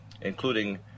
including